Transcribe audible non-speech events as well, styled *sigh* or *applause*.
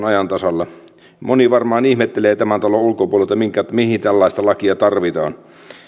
*unintelligible* ajan tasalla moni varmaan ihmettelee tämän talon ulkopuolella mihin tällaista lakia tarvitaan